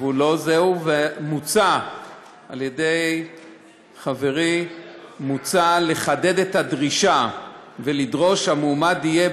מוצע על-ידי חברי לחדד את הדרישה ולדרוש שהמועמד יהיה